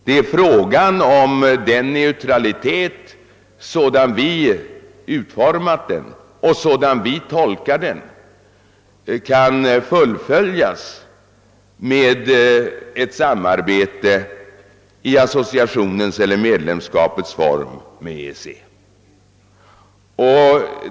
Det är frågan om neutralitet sådan vi utformat den och sådan vi tolkar den kan fullföljas med ett samarbete i associationens eller medlemskapets form i ECC.